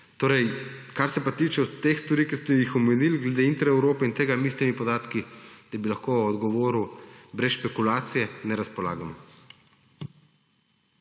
hitrejši. Kar se pa tiče teh stvari, ki ste jih omenili glede Intereurope in tega, mi s temi podatki, da bi lahko odgovoril brez špekulacije, ne razpolagamo.